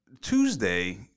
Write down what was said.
Tuesday